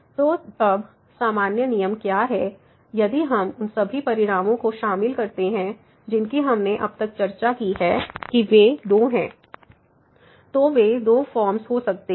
तो अब सामान्य नियम क्या है यदि हम उन सभी परिणामों को शामिल करते हैं जिनकी हमने अब तक चर्चा की है कि वे दो हैं तो वे दो फॉर्म्स हो सकते हैं